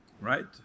right